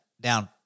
Down